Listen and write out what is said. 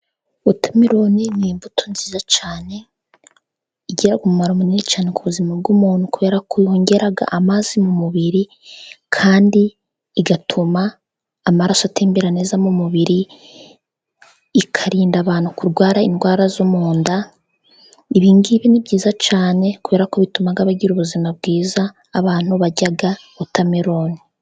Wotameroni n'imbuto nziza cyane igira umumaro munini cyane ku buzima bw'umuntu, ubera ko yongera amazi mu mubiri, kandi igatuma amaraso atembera neza mu mubiri, ikarinda abantu kurwara indwara zo mu nda ibingibi ni byiza cyane kubera ko bitumaga bagira ubuzima bwiza abantu barya Wotameroni.